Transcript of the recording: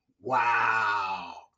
Wow